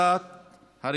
כבל,